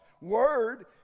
word